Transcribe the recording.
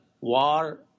war